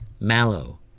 Mallow